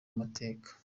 mateka